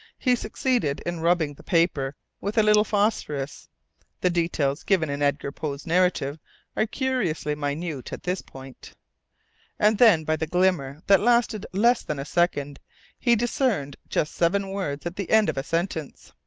he succeeded in rubbing the paper with a little phosphorus the details given in edgar poe's narrative are curiously minute at this point and then by the glimmer that lasted less than a second he discerned just seven words at the end of a sentence.